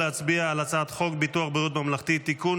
אני קובע כי הצעת חוק ביטוח בריאות ממלכתי (תיקון,